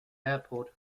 airport